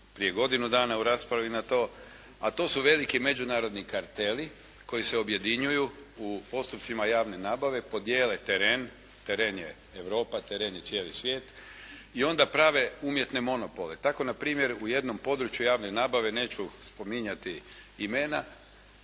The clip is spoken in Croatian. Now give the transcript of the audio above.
prije godinu dana u raspravi na to a to su veliki međunarodni karteli koji se objedinjuju u postupcima javne nabave, podijele teren, teren je Europa, teren je cijeli svijet i onda prave umjetne monopole. Tako na primjer u jednom području javne nabave, neću spominjati imena